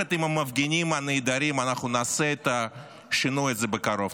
יחד עם המפגינים הנהדרים אנחנו נעשה את השינוי הזה בקרוב.